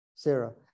Sarah